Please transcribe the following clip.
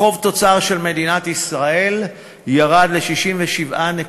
יחס החוב תוצר של מדינת ישראל ירד ל-67.4%,